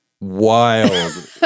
Wild